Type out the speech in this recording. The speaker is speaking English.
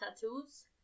tattoos